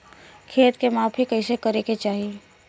खेत के माफ़ी कईसे करें के चाही?